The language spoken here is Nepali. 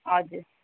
हजुर